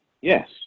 Yes